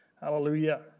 Hallelujah